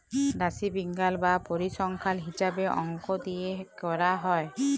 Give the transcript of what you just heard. রাশিবিজ্ঞাল বা পরিসংখ্যাল হিছাবে অংক দিয়ে ক্যরা হ্যয়